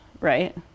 right